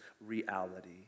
reality